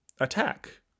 attack